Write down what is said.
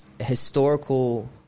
historical